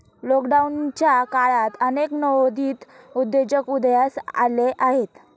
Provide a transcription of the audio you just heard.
लॉकडाऊनच्या काळात अनेक नवोदित उद्योजक उदयास आले आहेत